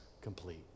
complete